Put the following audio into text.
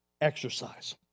exercise